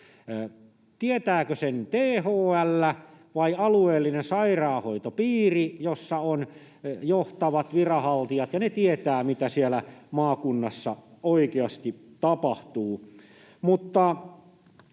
Tietääkö sen THL vai alueellinen sairaanhoitopiiri, jossa on johtavat viranhaltijat, jotka tietävät, mitä siellä maakunnassa oikeasti tapahtuu?